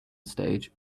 stage